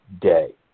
day